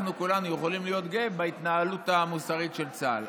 אנחנו כולנו יכולים להיות גאים בהתנהלות המוסרית של צה"ל.